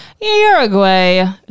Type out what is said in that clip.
uruguay